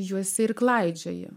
juose ir klaidžioja